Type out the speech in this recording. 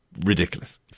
ridiculous